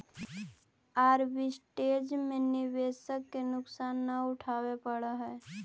arbitrage में निवेशक के नुकसान न उठावे पड़ऽ है